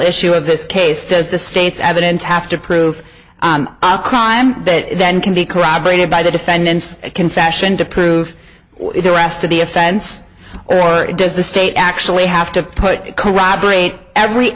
issue of this case does the state's evidence have to prove a crime that can be corroborated by the defendant's confession to prove the rest of the offense or does the state actually have to put it corroborate every